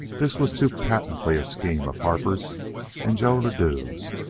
this was too patently a scheme of harper's and joe ladue's,